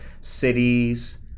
cities